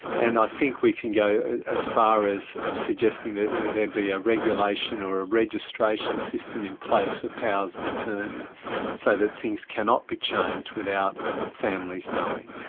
and i think we can go as far as suggesting that there be a regulation or a registration system in place for powers of attorney so that things cannot be changed without families knowing.